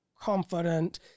confident